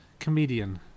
comedian